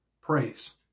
praise